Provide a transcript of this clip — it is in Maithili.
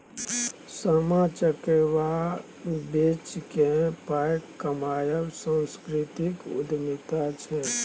सामा चकेबा बेचिकेँ पाय कमायब सांस्कृतिक उद्यमिता छै